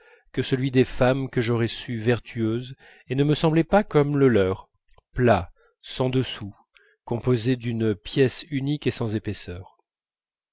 que celui des femmes que j'aurais su vertueuses et ne me semblait pas comme le leur plat sans dessous composé d'une pièce unique et sans épaisseur